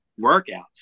workouts